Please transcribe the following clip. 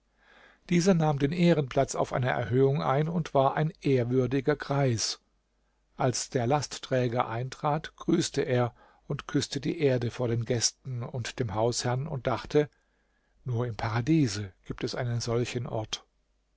dieser nahm den ehrenplatz auf einer erhöhung ein und war ein ehrwürdiger greis als der lastträger eintrat grüßte er und küßte die erde vor den gästen und dem hausherrn und dachte nur im paradiese gibt es einen solchen ort